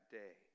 day